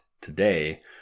today